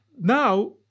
now